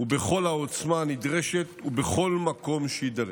ובכל העוצמה הנדרשת ובכל מקום שיידרש.